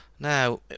Now